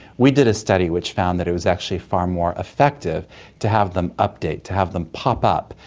we did a study which found that it was actually far more effective to have them update, to have them pop up,